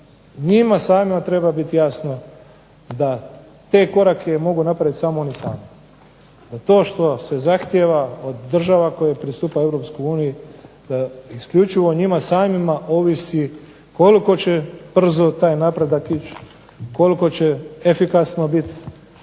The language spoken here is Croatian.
njima samima treba biti jasno da te korake mogu napraviti samo oni sami, da to što se zahtijeva od država koje pristupaju u Europsku uniju da isključivo o njima samima ovisi koliko će brzo taj napredak ići, koliko će efikasno biti